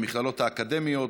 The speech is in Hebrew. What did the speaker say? במכללות האקדמיות,